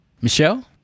Michelle